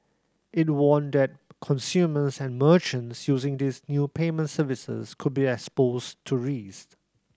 it warned that consumers and merchants using these new payment services could be exposed to risk